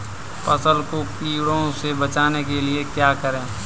फसल को कीड़ों से बचाने के लिए क्या करें?